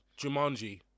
Jumanji